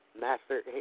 master